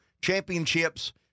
championships